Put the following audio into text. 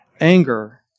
anger